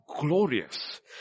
glorious